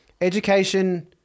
Education